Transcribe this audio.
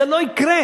זה לא יקרה.